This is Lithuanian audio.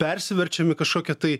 persiverčiam į kažkokį tai